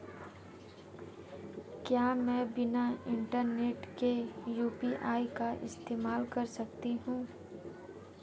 क्या मैं बिना इंटरनेट के यू.पी.आई का इस्तेमाल कर सकता हूं?